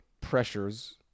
pressures